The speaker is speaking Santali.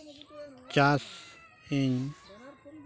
ᱪᱟᱥ ᱤᱧ